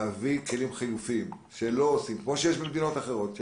להביא כלים חלופיים כמו שיש במדינות אחרות,